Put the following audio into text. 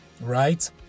Right